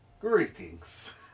Greetings